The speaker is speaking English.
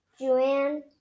Joanne